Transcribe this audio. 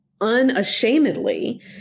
unashamedly